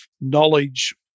knowledge